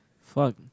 Fuck